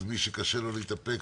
מי שקשה לו להתאפק,